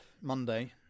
Monday